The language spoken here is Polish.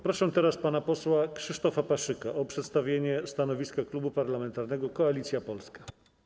Proszę teraz pana posła Krzysztofa Paszyka o przedstawienie stanowiska Klubu Parlamentarnego Koalicja Polska.